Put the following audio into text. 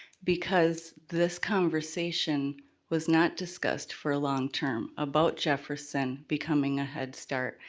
because this conversation was not discussed for ah long term, about jefferson becoming a head start,